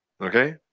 Okay